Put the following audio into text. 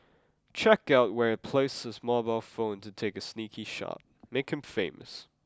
check out where he place his mobile phone to take a sneaky shot make him famous